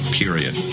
period